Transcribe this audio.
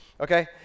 Okay